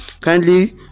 kindly